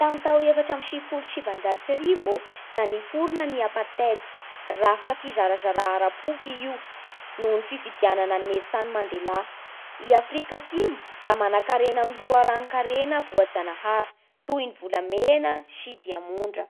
Tamin'ny tao efatra amby sivifolo sy sivanjato sy arivo ô da niforona ny apartheid (rafitra fizarazara ara-poko i io noho ny fifidianana an'i Nelson Mandela). I Afrika atsimo da manan-karena amin'ny loharanon-karena voajanahary toy ny volamena sy diamondra.